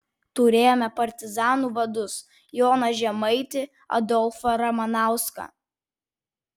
turėjome partizanų vadus joną žemaitį adolfą ramanauską